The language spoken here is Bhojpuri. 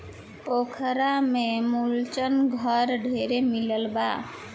पोखरा में मुलच घर ढेरे मिलल बा